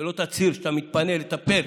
ולא תצהיר שאתה מתפנה לטפל